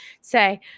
say